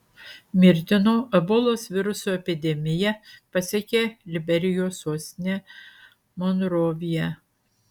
mirtino ebolos viruso epidemija pasiekė liberijos sostinę monroviją